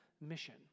mission